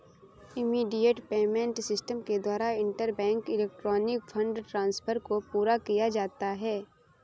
immediate payment system के द्वारा interbank electronic fund transfer को पूरा किया जाता है